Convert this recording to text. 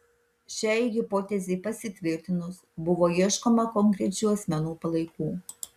šiai hipotezei pasitvirtinus buvo ieškoma konkrečių asmenų palaikų